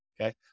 Okay